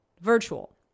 virtual